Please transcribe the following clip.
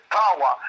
power